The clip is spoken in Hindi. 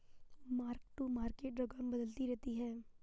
मार्क टू मार्केट रकम बदलती रहती है